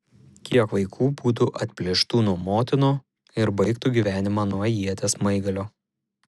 kiek vaikų būtų atplėštų nuo motinų ir baigtų gyvenimą nuo ieties smaigalio